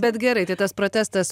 bet gerai tai tas protestas